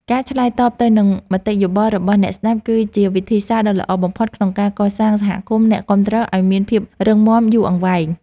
ការឆ្លើយតបទៅនឹងមតិយោបល់របស់អ្នកស្តាប់គឺជាវិធីសាស្ត្រដ៏ល្អបំផុតក្នុងការកសាងសហគមន៍អ្នកគាំទ្រឱ្យមានភាពរឹងមាំយូរអង្វែង។